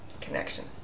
connection